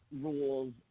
rules